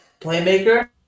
playmaker